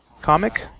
comic